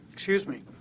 excuse me.